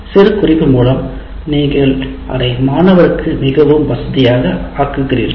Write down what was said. சிறுகுறிப்பு மூலம் நீங்கள் அதை மாணவருக்கு மிகவும் வசதியாக ஆக்குகிறீர்கள்